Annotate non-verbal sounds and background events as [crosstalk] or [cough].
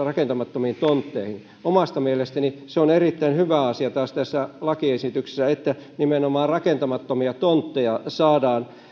[unintelligible] rakentamattomiin tontteihin omasta mielestäni se on erittäin hyvä asia taas tässä lakiesityksessä että nimenomaan rakentamattomia tontteja saadaan